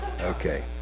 Okay